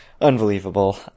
Unbelievable